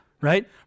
right